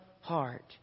heart